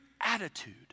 attitude